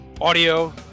audio